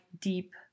deep